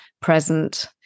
present